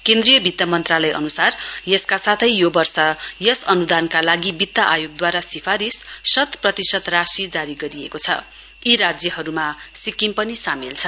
केन्द्रीय वित्त मन्त्रालय अनुसार यसका साथै यो वर्ष यस अनुदानका लागि वित्त आयोगद्वारा सिफारिश शत प्रतिशत राशि जारी गरिएकोछ यी राज्यहरूमा सिक्किम पनि सामेल छ